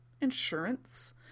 insurance